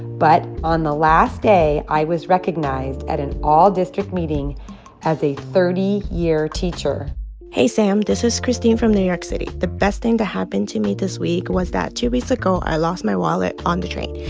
but on the last day, i was recognized at an all-district meeting as a thirty year teacher hey, sam. this is christine from new york city. the best thing to happen to me this week was that two weeks ago, i lost my wallet on the train.